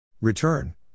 return